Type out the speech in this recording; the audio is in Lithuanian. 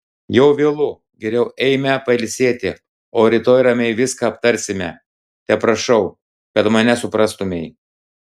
jau vėlu geriau eime pailsėti o rytoj ramiai viską aptarsime teprašau kad mane suprastumei